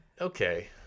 Okay